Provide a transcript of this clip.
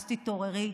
אז תתעוררי.